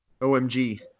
OMG